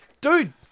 dude